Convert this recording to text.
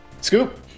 Scoop